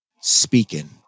speaking